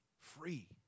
Free